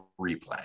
replay